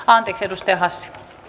anti kidusten päättyi